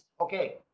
Okay